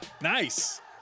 Nice